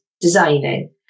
designing